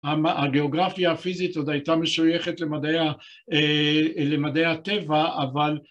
הגיאוגרפיה הפיזית עוד הייתה משוייכת למדעי ה... למדעי הטבע, אבל...